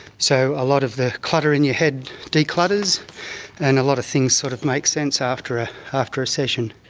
so a lot of the clutter in your head declutters and a lot of things sort of makes sense after ah after a session.